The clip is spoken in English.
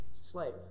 Slave